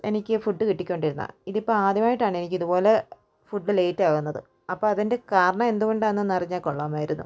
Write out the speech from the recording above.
എനിക്ക് ഫുഡ് കിട്ടികൊണ്ടിരുന്നതാണ് ഇത് ഇപ്പോൾ ആദ്യമായിട്ടാണ് എനിക്ക് ഇതുപോലെ ഫുഡ് ലേറ്റ് ആകുന്നത് അപ്പം അതിൻ്റെ കാരണം എന്തു കൊണ്ടാണെന്ന് അറിഞ്ഞാൽ കൊള്ളമായിരുന്നു